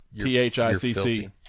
t-h-i-c-c